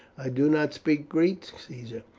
i do not speak greek, caesar.